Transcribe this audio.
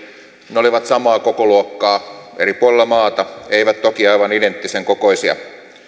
ne olivat samaa kokoluokkaa eri puolilla maata eivät toki aivan identtisen kokoisia